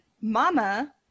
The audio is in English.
Mama